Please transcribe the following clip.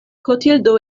klotildo